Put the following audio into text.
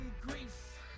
grief